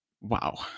Wow